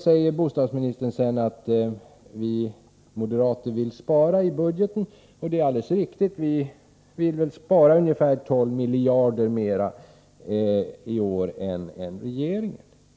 sig! Bostadsministern säger vidare att vi moderater vill spara i budgeten, och det är alldeles riktigt. Vi vill i år spara ungefär 12 miljarder mer än regeringen.